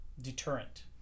deterrent